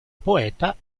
poeta